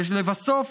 ולבסוף,